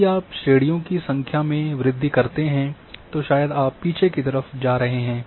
यदि आप श्रेणियों की संख्या में वृद्धि करते हैं तो शायद आप पीछे की तरफ जा रहे हैं